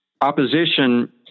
opposition